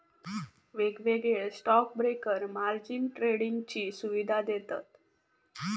वेगवेगळे stock broker margin ट्रेडिंगची सुवीधा देतत